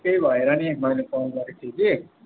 त्यही भएर पनि मैले फोन गरेको थिएँ कि